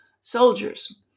soldiers